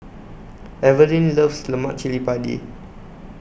Evelin loves Lemak Cili Padi